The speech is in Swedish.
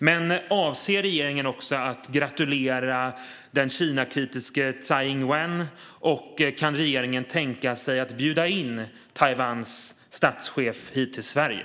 Men avser regeringen också att gratulera den Kinakritiska Tsai Ing-wen, och kan regeringen tänka sig att bjuda in Taiwans statschef hit till Sverige?